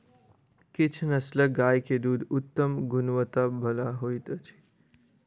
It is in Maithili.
किछ नस्लक गाय के दूध उत्तम गुणवत्ता बला होइत अछि